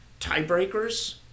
tiebreakers